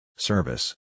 Service